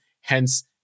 Hence